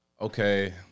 okay